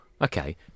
okay